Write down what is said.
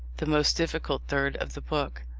the most difficult third, of the book.